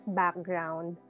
background